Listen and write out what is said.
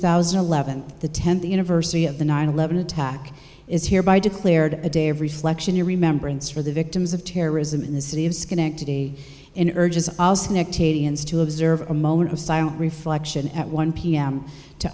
thousand and eleven the tenth anniversary of the nine eleven attack is here by declared a day every selection your remembrance for the victims of terrorism in the city of schenectady and urges to observe a moment of silent reflection at one p m to